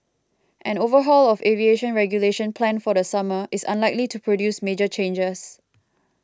an overhaul of aviation regulation planned for the summer is unlikely to produce major changes